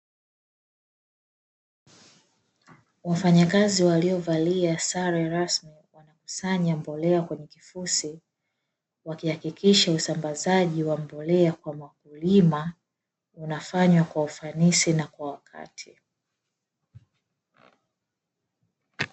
Wafanyakazi waliovalia sare rasmi wanakusanya mbolea kwenye kifusi, wakihakikisha usambazaji wa mbolea kwa wakulima unafanywa kwa ufanisi na kwa wakati.